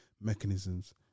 mechanisms